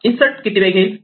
insert किती वेळ घेईल